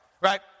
right